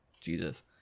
Jesus